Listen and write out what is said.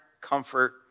comfort